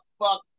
fuck